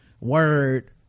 word